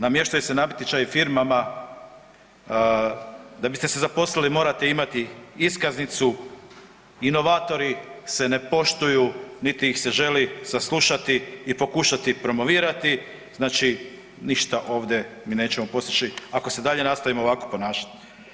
Namještaju se natječaji firmama, da biste se zaposlili morate imati iskaznicu, inovatori se ne poštuju niti ih se želi saslušati i pokušati promovirati, znači ništa ovdje mi nećemo postići, ako se i dalje nastavimo ovako ponašati.